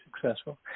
successful